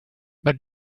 but